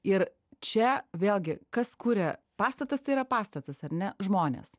ir čia vėlgi kas kuria pastatas tai yra pastatas ar ne žmonės